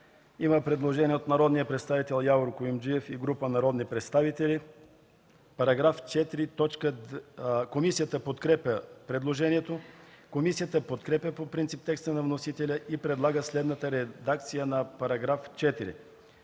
има предложение от народния представител Явор Куюмджиев и група народни представители, което е подкрепено от комисията. Комисията подкрепя по принцип текста на вносителя и предлага следната редакция на § 5: „§ 5.